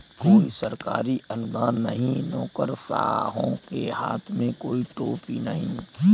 कोई सरकारी अनुदान नहीं, नौकरशाहों के हाथ में कोई टोपी नहीं